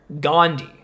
Gandhi